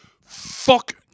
fuck